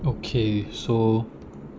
okay so